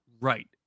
right